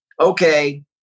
okay